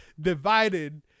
divided